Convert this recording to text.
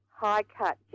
high-cut